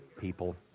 people